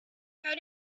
how